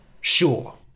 sure